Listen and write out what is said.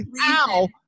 Ow